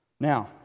Now